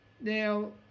Now